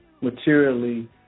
materially